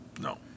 No